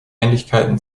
ähnlichkeiten